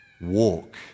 walk